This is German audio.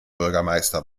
bürgermeister